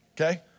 Okay